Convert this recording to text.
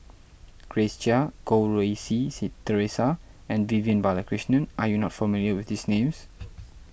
Grace Chia Goh Rui Si Si theresa and Vivian Balakrishnan are you not familiar with these names